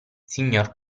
signor